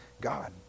God